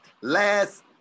Last